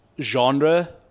genre